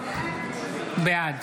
בעד